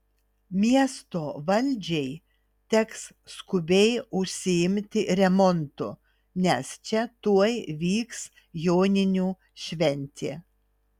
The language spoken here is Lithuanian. miesto valdžiai teks skubiai užsiimti remontu nes čia tuoj vyks joninių šventė